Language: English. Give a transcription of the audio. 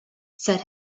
said